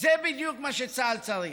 זה בדיוק מה שצה"ל צריך,